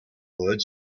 word